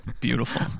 beautiful